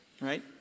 Right